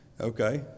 okay